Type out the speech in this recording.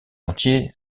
entier